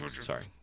Sorry